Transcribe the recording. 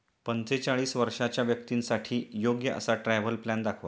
पंचेचाळीस वर्षांच्या व्यक्तींसाठी योग्य असा ट्रॅव्हल प्लॅन दाखवा